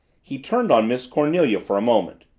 he turned on miss cornelia for a moment.